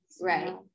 right